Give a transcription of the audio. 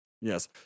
Yes